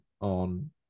on